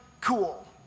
cool